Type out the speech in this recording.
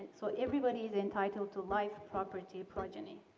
so everybody is entitled to life property progeny.